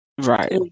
Right